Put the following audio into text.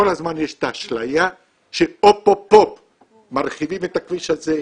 כל הזמן יש את האשליה שאוטוטו מרחיבים את הכביש הזה,